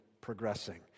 progressing